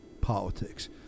politics